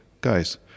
Guys